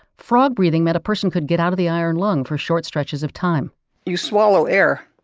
frog-breathing meant a person could get out of the iron lung for short stretches of time you swallow air.